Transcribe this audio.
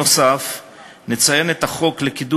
נוסף על כך,